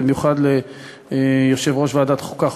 ובמיוחד ליושב-ראש ועדת החוקה,